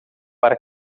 para